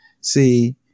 See